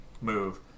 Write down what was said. move